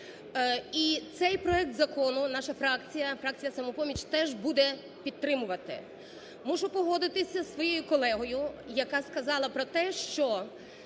І цей проект закону наша фракція, фракція "Самопоміч", теж буде підтримувати. Мушу погодитися із своєю колегою, яка сказала про те, що